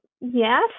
Yes